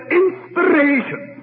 inspiration